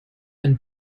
einen